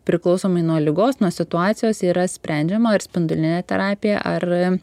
priklausomai nuo ligos nuo situacijos yra sprendžiama ar spindulinė terapija ar